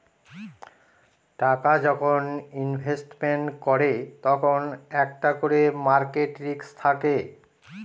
টাকা যখন ইনভেস্টমেন্ট করে তখন একটা করে মার্কেট রিস্ক থাকে